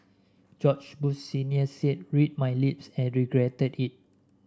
George Bush Senior said read my lips and regretted it